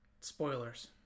spoilers